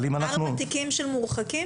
ארבעה תיקים של מורחקים?